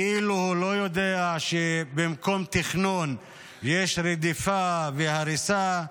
כאילו הוא לא יודע שבמקום תכנון יש רדיפה והריסה,